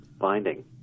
finding